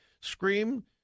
scream